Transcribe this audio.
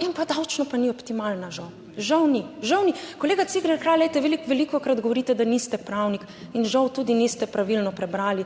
in pa davčno pa ni optimalna, žal, žal ni, žal ni. Kolega Cigler Kralj, glejte, vi velikokrat govorite, da niste pravnik in žal tudi niste pravilno prebrali